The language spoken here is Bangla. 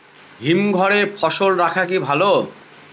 হিমঘরে ফসল রাখা কি ভালো?